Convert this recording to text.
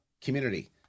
community